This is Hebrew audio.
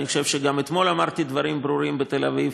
אני חושב שגם אתמול אמרתי דברים ברורים בתל-אביב,